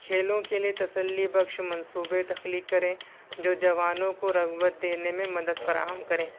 کھیلوں کے لیے تسلی بخش منصوبے تخلیق کریں جو جوانوں کو رغبت دینے میں مدد فراہم کریں